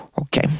Okay